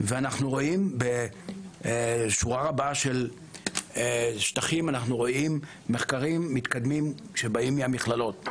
ואנחנו רואים בשורה של שטחים מחקרים מתקדמים שבאים מהמכללות.